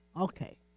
okay